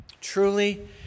Truly